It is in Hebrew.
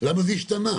למה זה השתנה?